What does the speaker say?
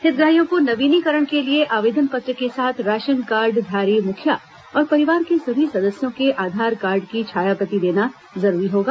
हितग्राहियों को नवीनीकरण के लिए आवेदन पत्र के साथ राशन कार्डधारी मुखिया और परिवार के सभी सदस्यों के आधारकार्ड की छायाप्रति देना जरूरी होगा